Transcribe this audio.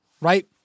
right